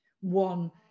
one